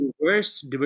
reverse